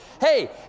Hey